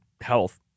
health